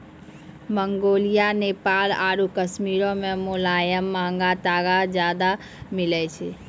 Mongolia, Nepal आरु कश्मीरो मे मोलायम महंगा तागा ज्यादा मिलै छै